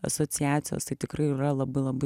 asociacijos tai tikrai yra labai labai